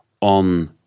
on